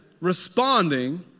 responding